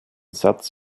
satz